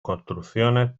construcciones